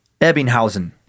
Ebbinghausen